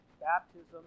baptism